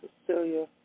Cecilia